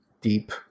deep